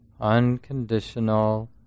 Unconditional